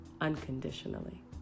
unconditionally